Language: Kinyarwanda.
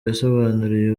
yasobanuriye